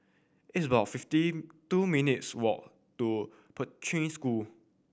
it's about fifty two minutes' walk to Poi Ching School